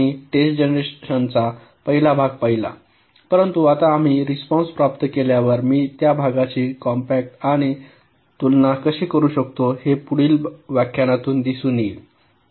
तर आम्ही test generation चा पाहिला भाग आहे परंतु आता आम्ही रिस्पॉन्स प्राप्त केल्यावर मी त्या भागाची कॉम्पॅक्ट आणि तुलना कशी करू शकतो हे पुढील व्याख्यानात दिसून येईल